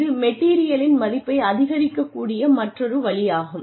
இது மெட்டீரியலின் மதிப்பை அதிகரிக்கக் கூடிய மற்றொரு வழியாகும்